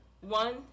one